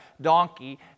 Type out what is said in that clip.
donkey